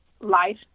life